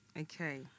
Okay